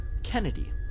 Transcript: Kennedy